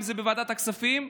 אם זה בוועדת הכספים,